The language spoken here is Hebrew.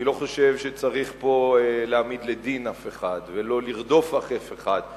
אני לא חושב שצריך פה להעמיד לדין אף אחד ולא לרדוף אף אחד.